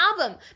album